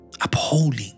Upholding